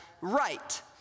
right